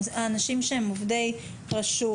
אנשים שהם עובדי רשות,